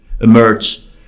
emerge